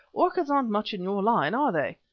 orchids aren't much in your line, are they?